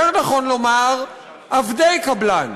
יותר נכון לומר: עבדי קבלן.